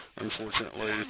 unfortunately